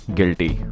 Guilty